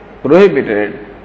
prohibited